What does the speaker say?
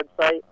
website